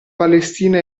palestina